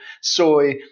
soy